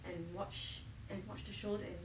and watch and watch the shows and